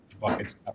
buckets